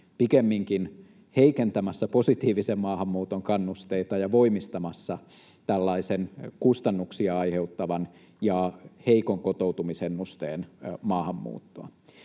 pikemminkin heikentämässä positiivisen maahanmuuton kannusteita ja voimistamassa tällaista kustannuksia aiheuttavaa ja heikon kotoutumisennusteen maahanmuuttoa.